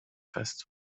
fest